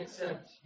accept